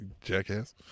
jackass